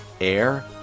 Air